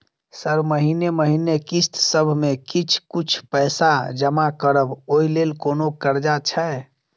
Sir महीने महीने किस्तसभ मे किछ कुछ पैसा जमा करब ओई लेल कोनो कर्जा छैय?